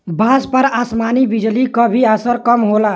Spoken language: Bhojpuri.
बांस पर आसमानी बिजली क भी असर कम होला